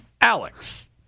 Alex